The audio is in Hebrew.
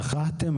שכחתם,